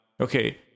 okay